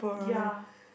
ya